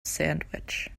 sandwich